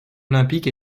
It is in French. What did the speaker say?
olympique